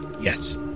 yes